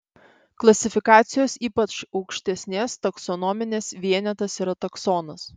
klasifikacijos ypač aukštesnės taksonominės vienetas yra taksonas